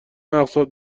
اقساط